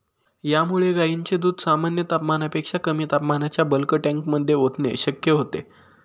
यामुळे गायींचे दूध सामान्य तापमानापेक्षा कमी तापमानाच्या बल्क टँकमध्ये ओतणे शक्य होते